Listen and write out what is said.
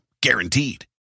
Guaranteed